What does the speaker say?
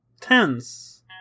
tense